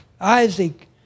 Isaac